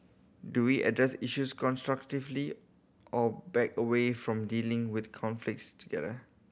do we address issues constructively or back away from dealing with conflicts together